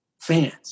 Fans